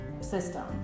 system